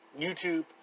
YouTube